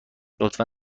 لطفا